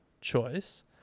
choice